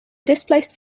displaced